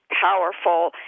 powerful